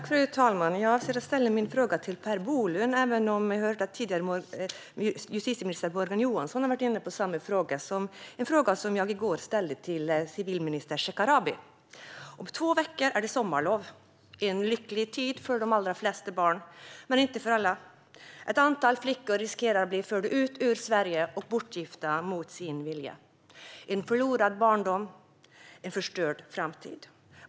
Fru talman! Jag ställer min fråga till Per Bolund, även om jag har hört att justitieminister Morgan Johansson har varit inne på samma fråga. Jag ställde även frågan i går till civilminister Shekarabi. Om två veckor är det sommarlov. Det är en lycklig tid för de allra flesta barn, men inte för alla. Ett antal flickor riskerar att bli förda ut ur Sverige och bortgifta mot sin vilja. En förlorad barndom. En förstörd framtid.